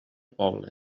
poble